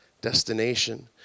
destination